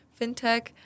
fintech